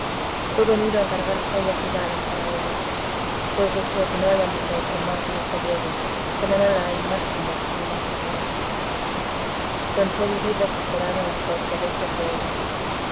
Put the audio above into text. he venido a encargar joyas y galas para ella pues deseo que no haya mujer que más lujo lleve como no la hay más hermosa ni más pura pensé vivir desesperado en la corte lejos de ella